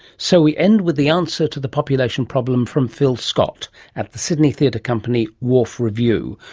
so we end with the answer to the population problem from phil scott at the sydney theatre company wharf revue,